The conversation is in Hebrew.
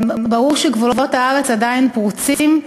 ברור שגבולות הארץ עדיין פרוצים,